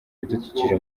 ibidukikije